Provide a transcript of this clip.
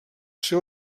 seu